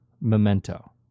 Memento